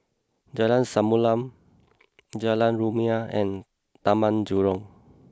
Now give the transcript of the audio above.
Jalan Samulun Jalan Rumia and Taman Jurong